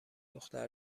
دختر